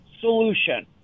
solution